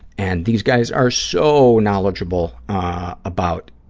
and these guys are so knowledgeable about